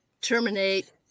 terminate